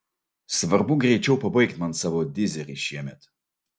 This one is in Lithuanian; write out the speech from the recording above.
svarbu greičiau pabaigt man savo diserį šiemet